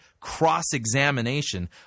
cross-examination